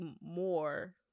more